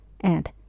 And